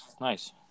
Nice